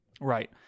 Right